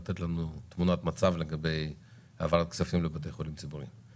אני אבקש לתת לנו תמונת מצב לגבי העברת הכספים לבתי חולים ציבוריים.